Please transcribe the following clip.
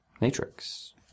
Matrix